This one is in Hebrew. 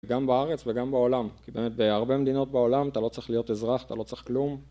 גם בארץ וגם בעולם, כי באמת בהרבה מדינות בעולם אתה לא צריך להיות אזרח, אתה לא צריך כלום